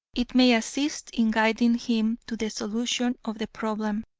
it may assist in guiding him to the solution of the problem,